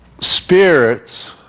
Spirits